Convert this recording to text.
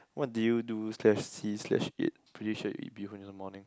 what did you do slash see slash eat pretty sure you eat bee-hoon in the morning